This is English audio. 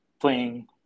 playing